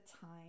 time